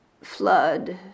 flood